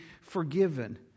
forgiven